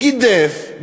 גידף,